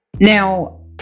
Now